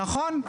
נכון.